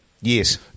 Yes